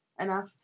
enough